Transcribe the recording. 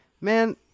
Man